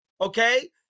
okay